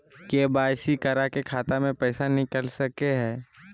KYC करा के खाता से पैसा निकल सके हय?